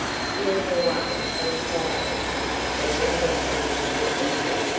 stealing away so quietly that when dr heston entered,